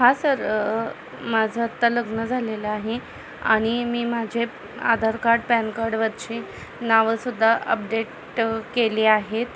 हा सर माझं आत्ता लग्न झालेलं आहे आणि मी माझे आधार कार्ड पॅन कार्डवरचे नावंसुद्धा अपडेट केले आहेत